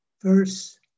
Verse